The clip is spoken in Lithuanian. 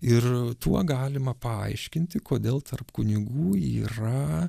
ir tuo galima paaiškinti kodėl tarp kunigų yra